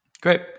Great